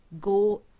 go